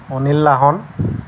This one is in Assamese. অনিল লাহন